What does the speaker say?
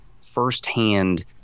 firsthand